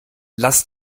lass